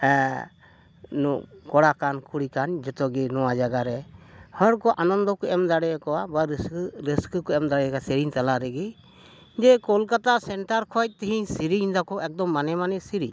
ᱦᱮᱸ ᱠᱚᱲᱟ ᱠᱟᱱ ᱠᱩᱲᱤ ᱠᱟᱱ ᱡᱚᱛᱚᱜᱮ ᱱᱚᱣᱟ ᱡᱟᱭᱜᱟᱨᱮ ᱦᱚᱲ ᱠᱚ ᱟᱱᱚᱱᱫᱚ ᱠᱚ ᱮᱢ ᱫᱟᱲᱮ ᱟᱠᱚᱣᱟ ᱵᱟ ᱨᱟᱹᱥᱠᱟᱹ ᱠᱚ ᱮᱢ ᱫᱟᱲᱮ ᱟᱠᱚᱣᱟ ᱥᱮᱨᱮᱧ ᱛᱟᱞᱟ ᱨᱮᱜᱮ ᱡᱮ ᱠᱳᱞᱠᱟᱛᱟ ᱥᱮᱱᱴᱟᱨ ᱠᱷᱚᱱ ᱛᱮᱦᱮᱧ ᱥᱮᱨᱮᱧ ᱮᱫᱟᱠᱚ ᱮᱠᱫᱚᱢ ᱢᱟᱱᱮ ᱢᱟᱱᱮ ᱥᱮᱨᱮᱧ